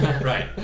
Right